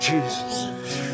Jesus